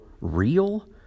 real